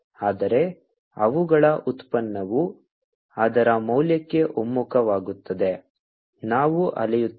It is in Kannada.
ಆದರೆ ಅವುಗಳ ಉತ್ಪನ್ನವು ಅದರ ಮೌಲ್ಯಕ್ಕೆ ಒಮ್ಮುಖವಾಗುತ್ತದೆ ನಾವು ಅಳೆಯುತ್ತೇವೆ